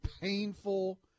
painful